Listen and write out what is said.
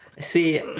See